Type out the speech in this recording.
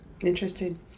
Interesting